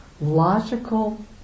logical